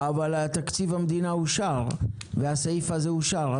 אבל תקציב המדינה אושר והסעיף הזה אושר,